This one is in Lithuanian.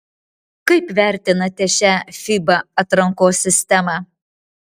kaip vertinate šią fiba atrankos sistemą